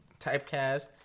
typecast